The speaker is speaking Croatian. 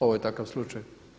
Ovo je takav slučaj.